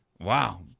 Wow